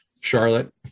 Charlotte